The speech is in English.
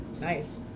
Nice